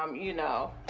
um you know,